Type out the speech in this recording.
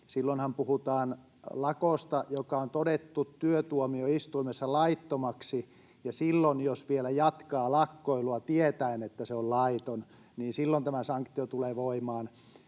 silloinhan puhutaan lakosta, joka on todettu työtuomioistuimessa laittomaksi, ja silloin, jos vielä jatkaa lakkoilua tietäen, että se on laiton, tämä sanktio tulee voimaan.